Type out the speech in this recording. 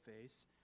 face